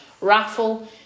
Raffle